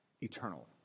eternal